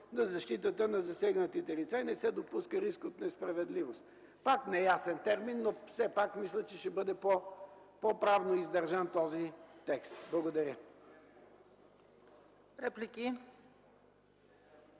на защитата на засегнатите лица и не се допуска „риск от несправедливост”. Пак неясен термин, но все пак мисля, че ще бъде по-правилно издържан този текст. Благодаря.